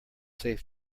safe